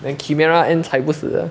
then chimera ant 踩不死的